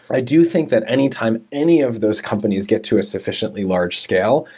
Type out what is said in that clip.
i do think that anytime any of those companies get to a sufficiently large scale,